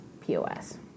POS